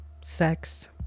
sex